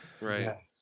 Right